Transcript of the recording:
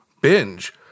Binge